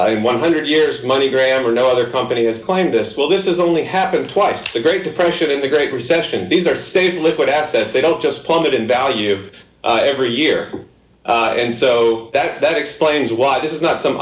that one hundred years money grammar no other company has climbed this well this is only happened twice the great depression in the great recession these are safe liquid assets they don't just plummeted in value of every year and so that explains why this is not some